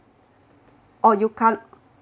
or you can't